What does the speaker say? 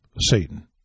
Satan